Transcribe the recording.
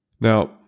now